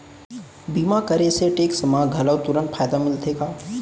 बीमा करे से टेक्स मा घलव तुरंत फायदा मिलथे का?